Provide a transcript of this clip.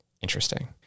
interesting